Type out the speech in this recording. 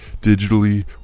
digitally